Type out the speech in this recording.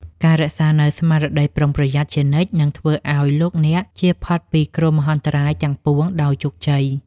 ការរក្សានូវស្មារតីប្រុងប្រយ័ត្នជានិច្ចនឹងធ្វើឱ្យលោកអ្នកជៀសផុតពីគ្រោះមហន្តរាយទាំងពួងដោយជោគជ័យ។